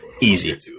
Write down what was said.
Easy